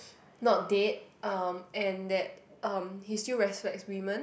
not dead um and that um he still respects women